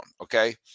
okay